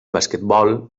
basquetbol